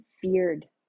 feared